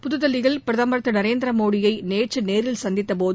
புதுதில்லியில் பிரதமர் திரு நரேந்திர மோடியை நேற்று நேரில் சந்தித்தபோது